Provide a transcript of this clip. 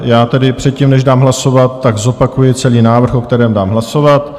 Já tedy předtím než dám hlasovat, zopakuji celý návrh, o kterém dám hlasovat.